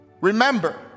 remember